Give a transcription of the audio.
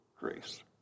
grace